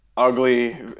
Ugly